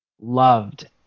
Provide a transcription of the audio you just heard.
loved